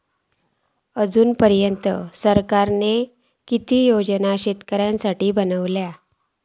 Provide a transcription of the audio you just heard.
अजून पर्यंत सरकारान किती योजना शेतकऱ्यांसाठी बनवले?